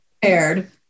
prepared